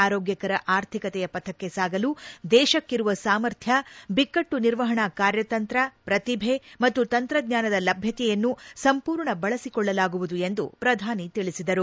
ಆರೋಗ್ಯಕರ ಆರ್ಥಿಕತೆಯ ಪಥಕ್ಕೆ ಸಾಗಲು ದೇಶಕ್ಕಿರುವ ಸಾಮರ್ಥ್ವ ಬಿಕ್ಕಟ್ಟು ನಿರ್ವಹಣಾ ಕಾರ್ಯತಂತ್ರ ಪ್ರತಿಭೆ ಮತ್ತು ತಂತ್ರಜ್ಞಾನದ ಲಭ್ಯತೆಯನ್ನು ಸಂಪೂರ್ಣ ಬಳಸಿಕೊಳ್ಳಲಾಗುವುದು ಎಂದು ಪ್ರಧಾನಿ ತಿಳಿಸಿದರು